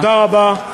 תודה רבה.